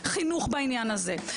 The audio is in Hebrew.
חינוך בעניין הזה,